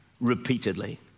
repeatedly